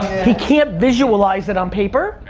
he can't visualize it on paper.